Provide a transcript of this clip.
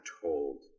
told